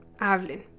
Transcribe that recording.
hablen